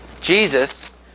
Jesus